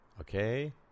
Okay